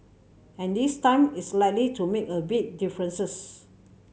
and this time it's likely to make a big differences